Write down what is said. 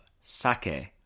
sake